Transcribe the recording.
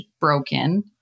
broken